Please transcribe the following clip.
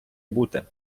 бути